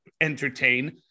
entertain